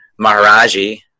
Maharaji